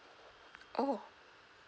oh